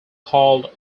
called